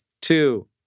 two